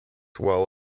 while